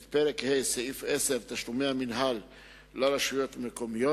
את פרק ה' סעיף 10, תשלומי המינהל לרשות מקומיות,